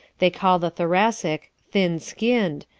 they call the thoracic thin-skinned,